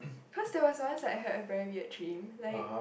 cause there was once I had a very weird dream like